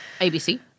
ABC